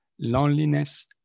loneliness